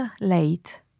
late